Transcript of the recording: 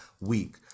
week